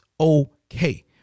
okay